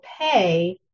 pay